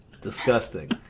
Disgusting